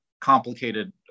complicated